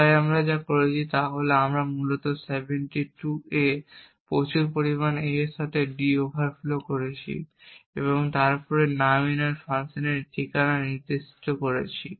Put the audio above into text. তাই আমরা যা করেছি তা হল যে আমরা মূলত 72 A এর প্রচুর A এর সাথে d ওভারফ্লো করেছি এবং তারপরে nowinner ফাংশনের ঠিকানা নির্দিষ্ট করেছি